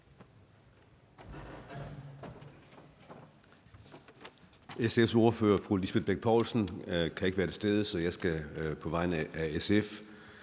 SF's ordfører, fru Lisbeth Bech Poulsen, kan ikke være til stede, så jeg skal på vegne af SF